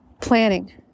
planning